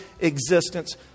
existence